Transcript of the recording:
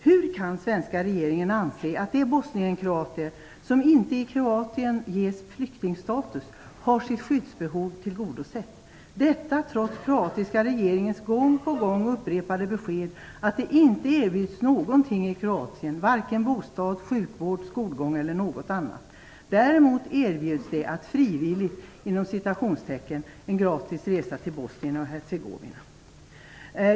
Hur kan svenska regeringen anse att de bosnienkroater som inte ges flyktingstatus i Kroatien har sitt skyddsbehov tillgodosett? Kroatiska regeringen upprepar gång på gång beskedet att det inte erbjuds någonting i Kroatien - varken bostad, sjukvård, skolgång eller någonting annat. Däremot erbjöds en "frivillig" gratis resa till Bosnien-Hercegovina.